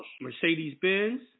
Mercedes-Benz